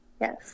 Yes